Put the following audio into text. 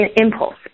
impulse